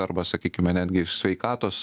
arba sakykime netgi sveikatos